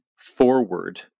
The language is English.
forward